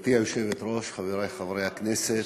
גברתי היושבת-ראש, חברי חברי הכנסת,